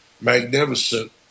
magnificent